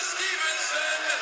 Stevenson